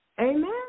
Amen